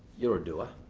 you're a doer.